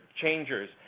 changers